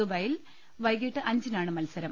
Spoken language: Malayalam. ദുബായിൽ വൈകീട്ട് അഞ്ചിനാണ് മത്സരം